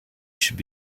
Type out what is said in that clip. should